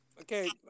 Okay